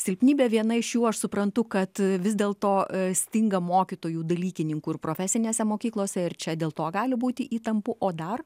silpnybė viena iš jų aš suprantu kad vis dėl to stinga mokytojų dalykininkų ir profesinėse mokyklose ir čia dėl to gali būti įtampų o dar